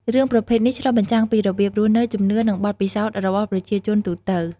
រឿងប្រភេទនេះឆ្លុះបញ្ចាំងពីរបៀបរស់នៅ ជំនឿ និងបទពិសោធន៍របស់ប្រជាជនទូទៅ ។